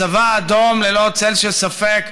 הצבא האדום, ללא צל של ספק,